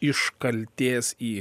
iš kaltės į